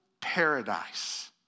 paradise